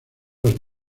los